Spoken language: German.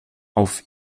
auf